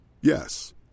Yes